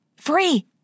Free